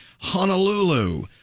Honolulu